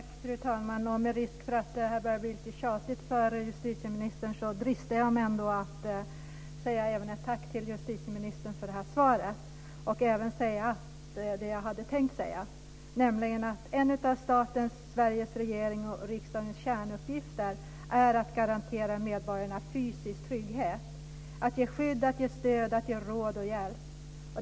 Fru talman! Med risk för att det börjar bli lite tjatigt för justitieministern dristar jag mig ändå att säga ett tack till justitieministern för svaret. Jag ska även säga det jag hade tänkt säga, nämligen att en av statens, Sveriges regerings och riksdags, kärnuppgifter är att garantera medborgarna fysisk trygghet, att ge skydd, att ge stöd, att ge råd och hjälp.